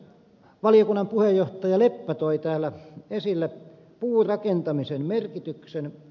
valiokunnan puheenjohtaja leppä toi täällä esille puurakentamisen merkityksen